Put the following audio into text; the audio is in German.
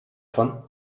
von